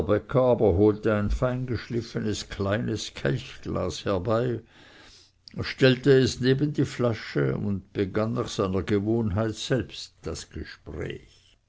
holte ein fein geschliffenes kleines kelchglas herbei stellte es neben die flasche und begann nach seiner gewohnheit selbst das gespräch